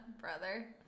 brother